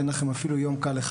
אין לכם בעבודה אפילו יום קל אחד.